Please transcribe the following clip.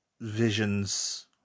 Vision's